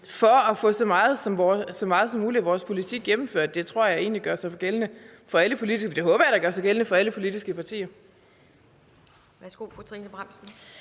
for at få så meget som muligt af vores politik gennemført. Det tror jeg egentlig gør sig gældende for alle politiske partier.